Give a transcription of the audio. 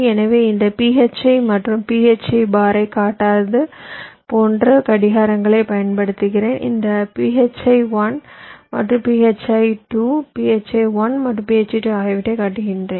எனவே இந்த phi மற்றும் phi பாரைக் காட்டாதது போன்ற கடிகாரங்களைப் பயன்படுத்துகிறேன் ஒரு phi 1 மற்றும் phi 2 phi 1 மற்றும் phi 2 ஆகியவற்றைக் காட்டுகிறேன்